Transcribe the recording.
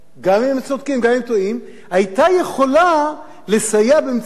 לסייע במציאת פתרון מדיני,